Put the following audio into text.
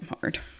hard